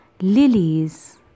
lilies